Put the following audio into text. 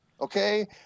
okay